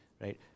right